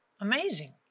Amazing